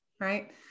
right